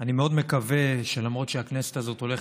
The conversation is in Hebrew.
אני מאוד מקווה שלמרות שהכנסת הזאת הולכת